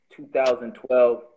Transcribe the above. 2012